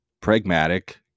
pragmatic